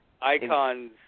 icons